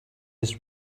just